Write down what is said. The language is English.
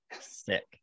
sick